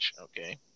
Okay